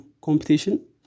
competition